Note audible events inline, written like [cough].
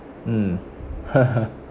mm [laughs]